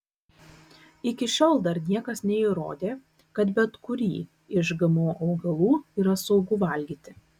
iki šiol dar niekas neįrodė kad bet kurį iš gmo augalų yra saugu valgyti